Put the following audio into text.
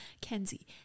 Kenzie